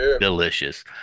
delicious